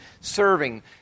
serving